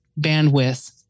bandwidth